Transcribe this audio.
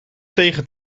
tegen